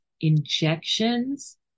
injections